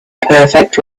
perfect